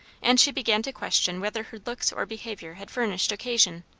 and she began to question whether her looks or behaviour had furnished occasion.